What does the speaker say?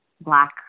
black